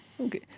Okay